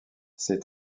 ses